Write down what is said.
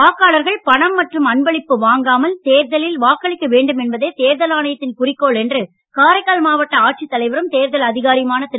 வாக்காளர்கள் பணம் மற்றும் அன்பளிப்பு வாங்காமல் தேர்தலில் வாக்களிக்க வேண்டும் என்பதே தேர்தல் ஆணையத்தின் குறிக்கோள் என்று காரைக்கால் மாவட்ட ஆட்சித் தலைவரும் தேர்தல் அதிகாரியுமான திரு